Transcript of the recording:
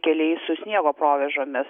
keliai su sniego provėžomis